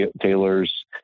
Taylor's